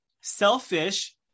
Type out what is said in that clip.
selfish